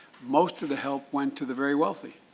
most of the help went to the very wealthy.